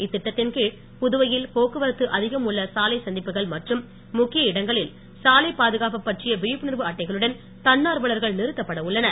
இத்திட்டத்தின் கீழ் புதுவையில் போக்குவரத்து அதிகம் உள்ள சாலை சந்திப்புகள் மற்றும் முக்கிய இடங்களில் சாலைபாதுகாப்பு பற்றிய விழிப்புணர்வு அட்டைகளுடன் தன்னார்வளர்கள் நிறுத்தப்பட்ட உள்ளனர்